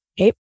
Okay